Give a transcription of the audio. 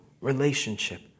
relationship